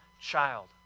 child